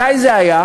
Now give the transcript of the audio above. מתי זה היה?